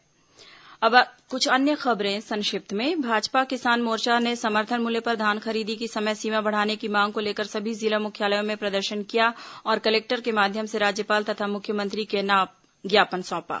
संक्षिप्त समाचार अब कुछ अन्य खबरें संक्षिप्त में भाजपा किसान मोर्चा ने समर्थन मूल्य पर धान खरीदी की समय सीमा बढ़ाने की मांग को लेकर सभी जिला मुख्यालयों में प्रदर्शन किया और कलेक्टर के माध्यम से राज्यपाल तथ मुख्यमंत्री के नाम ज्ञापन सौंपा